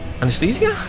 Anesthesia